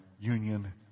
union